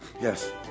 Yes